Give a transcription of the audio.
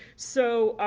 so